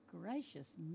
Gracious